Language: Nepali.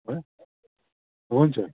हुन्छ